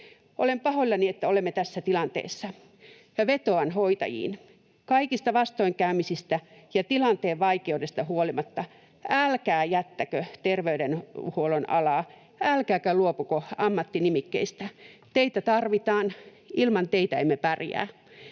Olen pahoillani, että olemme tässä tilanteessa, ja vetoan hoitajiin. Kaikista vastoinkäymisistä ja tilanteen vaikeudesta huolimatta älkää jättäkö terveydenhuollon alaa älkääkä luopuko ammattinimikkeistä. Teitä tarvitaan — ilman teitä emme pärjää.